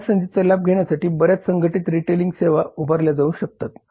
त्यामुळे या संधीचा लाभ घेण्यासाठी बऱ्याच संघटित रिटेलिंग सेवा उभारल्या जाऊ शकतात